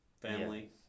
family